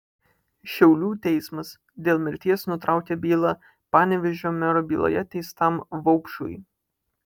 šiaulių teismas dėl mirties nutraukė bylą panevėžio mero byloje teistam vaupšui